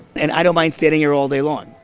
and i don't mind standing here all day long.